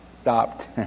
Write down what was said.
stopped